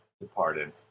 departed